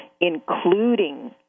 including